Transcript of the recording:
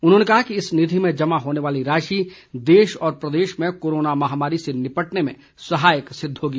उन्होंने कहा कि इस निधि में जमा होने वाली राशि देश और प्रदेश में कोरोना महामारी से निपटने में सहायक सिद्ध होगी